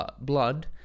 blood